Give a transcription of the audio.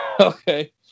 Okay